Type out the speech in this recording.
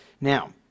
Now